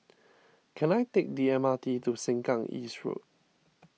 can I take the M R T to Sengkang East Road